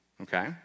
okay